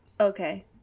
Okay